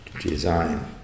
design